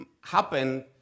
happen